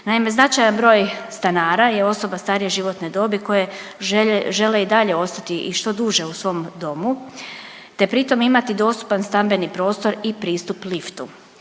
Naime, značajan broj stanara je osoba starije životne dobi koje žele i dalje ostati i što duže u svom domu te pritom imati dostupan stambeni prostor i pristup liftu.